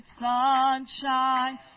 sunshine